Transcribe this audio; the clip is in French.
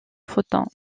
photons